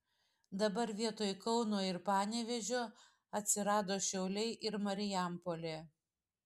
dabar vietoj kauno ir panevėžio atsirado šiauliai ir marijampolė